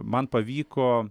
man pavyko